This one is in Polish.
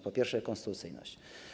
Po pierwsze, konstytucyjność.